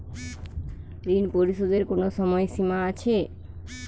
ঋণ পরিশোধের কোনো সময় সীমা আছে?